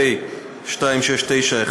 פ/2691,